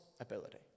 ability